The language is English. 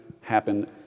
happen